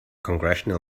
congressional